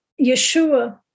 Yeshua